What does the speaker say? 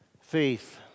Faith